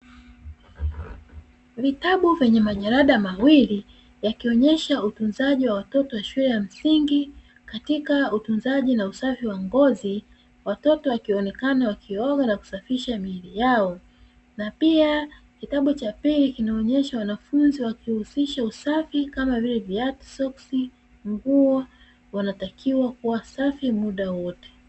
Vitabu vyenye majalada mawili yakionyesha utunzaji wa watoto shule ya msingi katika utunzaji na usafi wa ngozi, watoto wakionekana wakioga na kusafisha miili yao na pia kitabu cha pili kinaonyesha wanafunzi wakihusisha usafi kama vile viatu, soksi, nguo wanatakiwa kuwa safi muda wote.